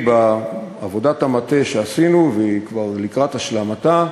בעבודת המטה שעשינו, והיא כבר לקראת השלמתה,